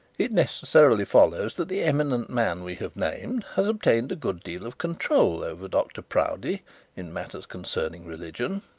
it necessarily follows that the eminent man we have named has obtained a good deal of control over dr proudie in matters concerning religion.